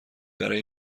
برای